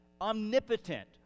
omnipotent